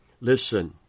Listen